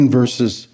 verses